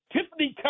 Tiffany